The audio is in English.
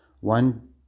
One